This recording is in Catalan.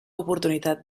oportunitat